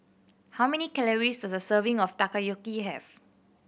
how many calories does a serving of Takoyaki have